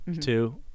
two